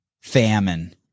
famine